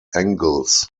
angles